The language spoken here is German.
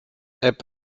app